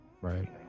Right